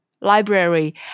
Library